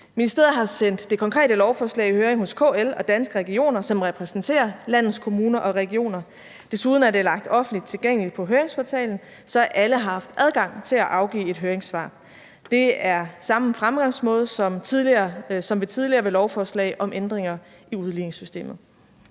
Ministeriet har sendt det konkrete lovforslag i høring hos KL og Danske Regioner, som repræsenterer landets kommuner og regioner. Desuden er det lagt offentligt tilgængeligt på Høringsportalen, så alle har haft adgang til at afgive et høringssvar. Det er samme fremgangsmåde som ved tidligere lovforslag om ændringer i udligningssystemet.